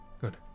Good